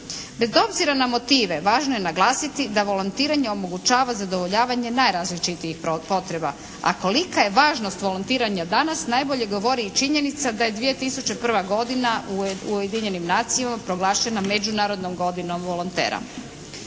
Bez obzira na motive važno je naglasiti da volontiranje omogućava zadovoljavanje najrazličitijih potreba, a kolika je važnost volontiranja danas najbolje govori i činjenica da je 2001. godina u ujedinjenim nacijama proglašena međunarodnom godinom volontera.